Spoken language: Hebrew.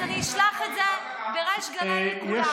אז אני אשלח את זה בריש גלי לכולם.